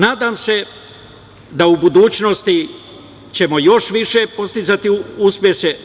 Nadam se da u budućnosti ćemo još veće postizati uspehe.